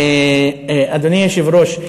אדוני היושב-ראש,